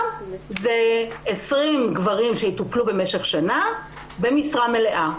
זה בין 20 ל-25 גברים שיטופלו במשך שנה במשרה מלאה.